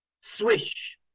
swish